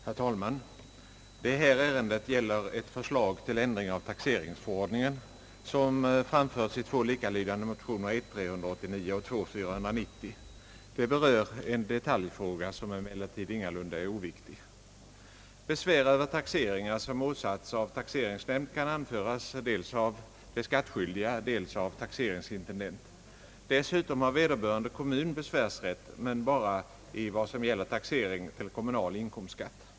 Herr talman! Detta ärende gäller ett förslag till ändring av taxeringsförordningen, framfört i de likalydande motionerna nr I: 389 och II: 490. Det berör en detaljfråga, som emellertid ingalunda är oviktig. Besvär över taxeringar som åsatts av taxeringsnämnd kan anföras dels av de skattskyldiga, dels av taxeringsintendent. Dessutom har vederbörande kommun besvärsrätt, men bara i vad som gäller taxering till kommunal inkomstskatt.